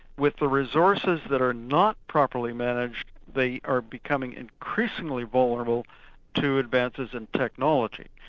with the resources that are not properly managed, they are becoming increasingly vulnerable to advances in technology.